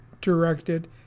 directed